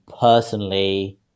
personally